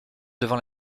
devant